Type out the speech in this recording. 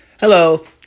Hello